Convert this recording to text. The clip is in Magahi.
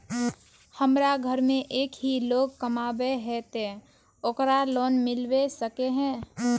हमरा घर में एक ही लोग कमाबै है ते ओकरा लोन मिलबे सके है?